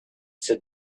said